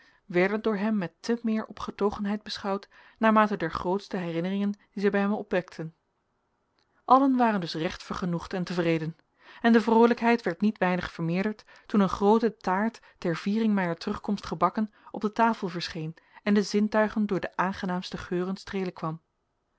werden door hem met te meer opgetogenheid beschouwd naarmate der grootsche herinneringen die zij bij hem opwekten allen waren dus recht vergenoegd en tevreden en de vroolijkheid werd niet weinig vermeerderd toen een groote taart ter viering mijner terugkomst gebakken op de tafel verscheen en de zintuigen door de aangenaamste geuren streelen kwam